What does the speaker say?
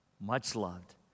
much-loved